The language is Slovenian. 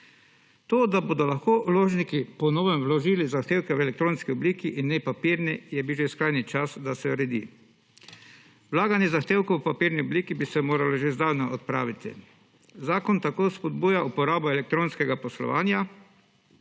To, da bodo lahko vložniki po novem vložili zahtevke v elektronski obliki in ne papirni je bil že skrajni čas, da se uredi. Vlaganje zahtevkov v papirni obliki bi se moralo že zdavnaj odpraviti. Zakona tako spodbuja uporabo elektronske poslovanja,